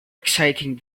exciting